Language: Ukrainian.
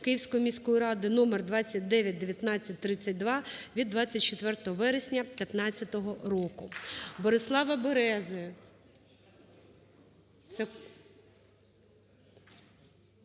Київської міської ради № 29/1932 від 24 вересня 2015 року.